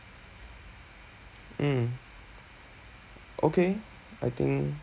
mm okay I think